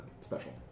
Special